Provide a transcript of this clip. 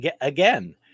Again